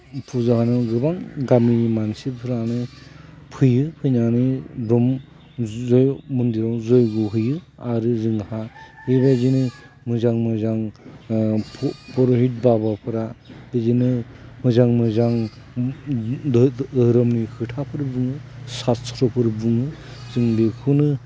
फुजायावनो गोबां गामिनि मानसिफ्रानो फैयो फैनानै ब्रह्म मन्दिराव जय्ग होयो आरो जोंहा बेबायदिनो मोजां मोजां पुरहित बाबाफ्रा बिदिनो मोजां मोजां धोरोमनि खोथाफोर बुङो सात्र'फोर बुङो जों बेखौनो